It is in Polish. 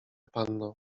panno